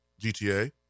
GTA